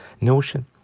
notion